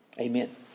Amen